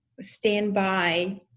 standby